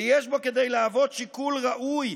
ויש בו כדי להוות שיקול ראוי,